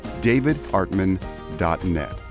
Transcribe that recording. davidartman.net